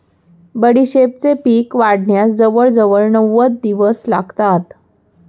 बडीशेपेचे पीक वाढण्यास जवळजवळ नव्वद दिवस लागतात